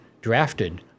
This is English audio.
drafted